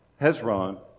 Hezron